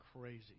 crazy